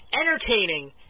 entertaining